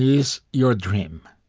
is your dream,